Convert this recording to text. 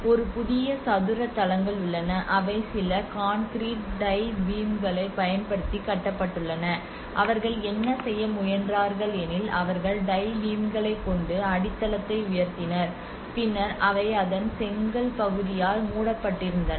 ஒரு புதிய சதுர தளங்கள் உள்ளன அவை சில கான்கிரீட் டை பீம்களைப் பயன்படுத்தி கட்டப்பட்டுள்ளன அவர்கள் என்ன செய்ய முயன்றார்கள் எனில் அவர்கள் டை பீம்களைக் கொண்டு அடித்தளத்தை உயர்த்தினர் பின்னர் அவை அதன் செங்கல் பகுதியால் மூடப்பட்டிருந்தன